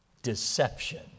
Deception